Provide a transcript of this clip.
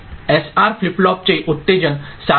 तर S R flip फ्लॉपचे उत्तेजन सारण आता असेच दिसते आहे